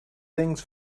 things